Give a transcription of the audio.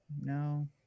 No